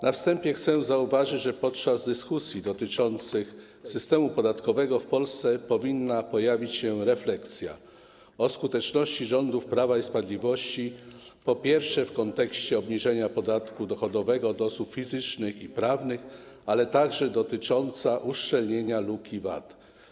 Na wstępie chcę zauważyć, że podczas dyskusji dotyczących systemu podatkowego w Polsce powinna pojawić się refleksja o skuteczności rządów Prawa i Sprawiedliwości nie tylko w kontekście obniżenia podatku od osób fizycznych i prawnych, lecz także dotycząca uszczelnienia luki VAT.